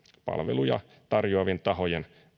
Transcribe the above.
palveluja tarjoavien tahojen